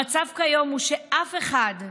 המצב כיום הוא שאף לא אחת,